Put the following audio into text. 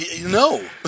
no